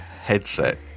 headset